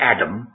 Adam